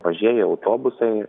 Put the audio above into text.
mažieji autobusai